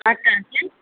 आटाके